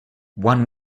one